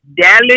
Dallas